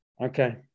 Okay